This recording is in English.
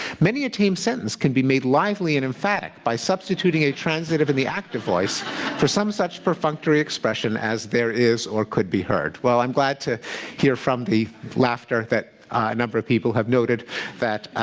many a tame sentence can be made lively and emphatic by substituting a transitive in the active voice for some such perfunctory expression as there is or could be heard. well, i'm glad to hear from the laughter that a number of people have noted that,